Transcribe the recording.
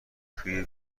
توی